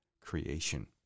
creation